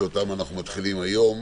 אותם אנחנו מתחילים היום,